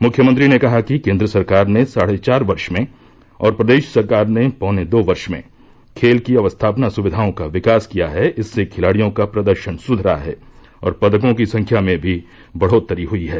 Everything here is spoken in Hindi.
मुख्यमंत्री ने कहा कि केन्द्र सरकार ने साढे चार वर्ष में और प्रदेश सरकार ने पौने दो वर्ष में खेल की अवस्थापना सुक्विाओं का विकास किया है इससे खिलाड़ियों का प्रदर्शन सुधरा है और पदकों की संख्या में भी बढ़ोत्तरी हयी है